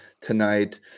tonight